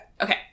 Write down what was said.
Okay